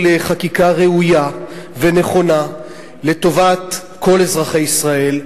חקיקה נכונה וראויה לטובת כל אזרחי ישראל,